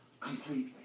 completely